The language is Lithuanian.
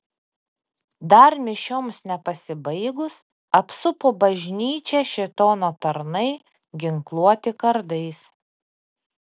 dar mišioms nepasibaigus apsupo bažnyčią šėtono tarnai ginkluoti kardais